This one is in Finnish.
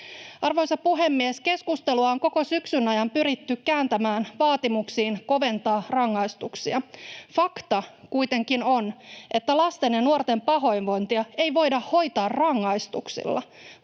Arvoisa puhemies! Keskustelua on koko syksyn ajan pyritty kääntämään vaatimuksiin koventaa rangaistuksia. Fakta kuitenkin on, että lasten ja nuorten pahoinvointia ei voida hoitaa rangaistuksilla.